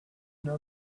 know